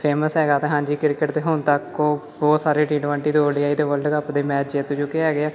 famous ਹੈਗਾ ਅਤੇ ਹਾਂਜੀ ਕ੍ਰਿਕਟ ਤਾਂ ਹੁਣ ਤੱਕ ਉਹ ਉਹ ਸਾਰੇ ਟੀ ਟਵੰਟੀ ਅਤੇ ਓ ਡੀ ਆਈ ਅਤੇ ਵਰਲਡ ਕੱਪ ਦੇ ਮੈਚ ਜਿੱਤ ਚੁੱਕੇ ਹੈਗੇ ਹੈ